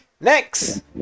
Next